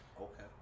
Okay